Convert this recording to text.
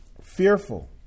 fearful